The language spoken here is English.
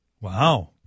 Wow